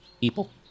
people